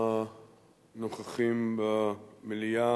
הנוכחים במליאה